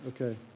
Okay